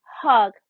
hug